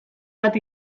bat